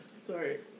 Sorry